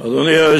70. עד מאה-ועשרים.